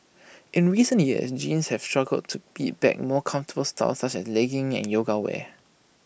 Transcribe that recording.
in recent years jeans have struggled to beat back more comfortable styles such as leggings and yoga wear